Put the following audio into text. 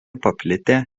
paplitę